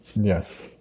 Yes